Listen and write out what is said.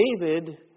David